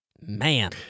Man